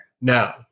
No